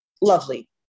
lovely